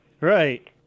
Right